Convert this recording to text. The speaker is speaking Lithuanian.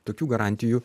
tokių garantijų